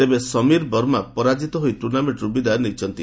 ତେବେ ସମୀର ବର୍ମା ପରାଜିତ ହୋଇ ଟୁର୍ଣ୍ଣାମେଣ୍ଟ୍ରୁ ବିଦାୟ ନେଇଛନ୍ତି